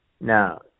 Now